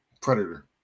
Predator